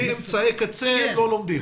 בלי אמצעי קצה, לא לומדים.